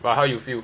but how you feel